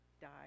died